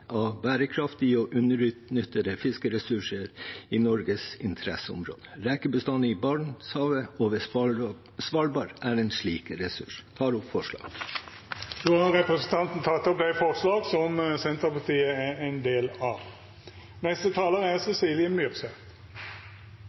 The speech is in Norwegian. av bærekraftige og underutnyttede fiskeressurser i Norges interesseområder. Rekebestanden i Barentshavet og ved Svalbard er en slik ressurs.» Jeg tar opp forslagene. Då har representanten Geir Adelsten Iversen teke opp dei forslaga han refererte, dei to første frå Arbeidarpartiet og Senterpartiet, det siste frå Senterpartiet. Dette er